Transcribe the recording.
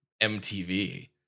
MTV